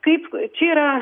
kaip čia yra